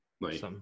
Right